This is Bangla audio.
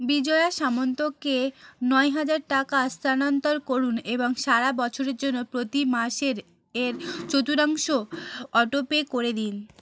বিজয়া সামন্তকে নয় হাজার টাকা স্থানান্তর করুন এবং সারা বছরের জন্য প্রতি মাসে এর চতুর্থাংশ অটোপে করে দিন